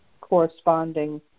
corresponding